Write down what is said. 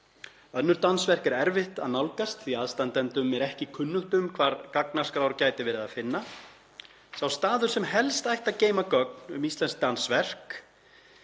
Önnur dansverk er erfitt að nálgast því aðstandendum er ekki kunnugt um hvar gagnaskrár gæti verið að finna. Sá staður sem helst ætti að geyma gögn um íslensk dansverk,